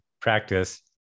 practice